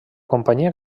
companyia